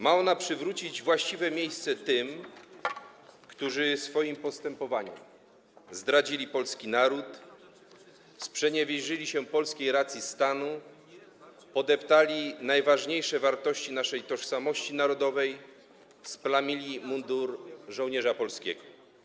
Ma ona przywrócić właściwe miejsce tym, którzy swoim postępowaniem zdradzili polski naród, sprzeniewierzyli się polskiej racji stanu, podeptali najważniejsze wartości naszej tożsamości narodowej, splamili mundur żołnierza polskiego.